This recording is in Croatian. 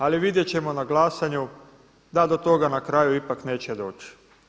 Ali vidjet ćemo na glasanju da do toga na kraju ipak neće doći.